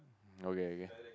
okay okay